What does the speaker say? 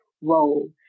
role